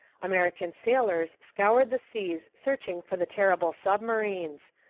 american sailors scoured the seas searching for the terrible submarines.